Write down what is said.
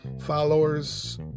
followers